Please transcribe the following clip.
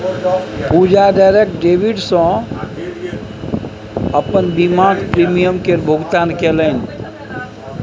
पूजा direct debit सँ अपन बीमाक प्रीमियम केर भुगतान केलनि